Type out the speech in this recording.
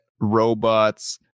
robots